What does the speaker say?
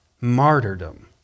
martyrdom